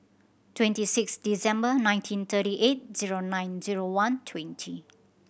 twenty six December nineteen thirty eight zero nine zero one twenty